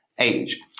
age